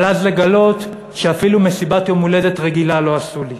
אבל אז לגלות שאפילו מסיבת יום הולדת רגילה לא עשו לי";